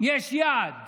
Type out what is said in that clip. יש יעד